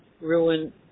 ruin